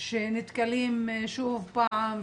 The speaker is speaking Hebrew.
שנתקלים שוב פעם,